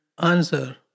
answer